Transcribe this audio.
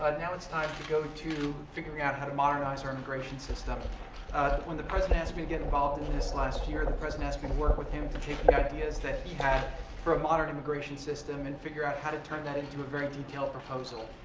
ah now it's time to go figuring out how to modernize our immigration system. when the president asked me to get involved in this last year, the president asked me to work with him to take the ideas that he had for a modern immigration system and figure out how to turn that into a very detailed proposal.